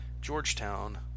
Georgetown